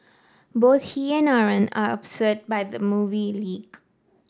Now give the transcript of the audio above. both he and Aaron are upset by the movie leak